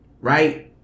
Right